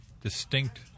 distinct